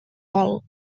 vol